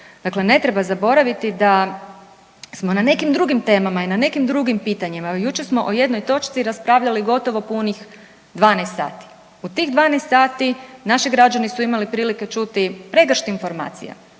Dakle, ne treba zaboraviti da smo na nekim drugim temama i na nekim drugim pitanjima, evo jučer smo o jednoj točci raspravljali gotovo punih 12 sati. U tih 12 sati naši građani su imali prilike čuti pregršt informacija,